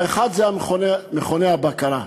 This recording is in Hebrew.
האחד זה מכוני הבקרה.